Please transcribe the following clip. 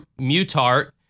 mutart